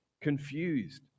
confused